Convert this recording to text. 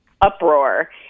uproar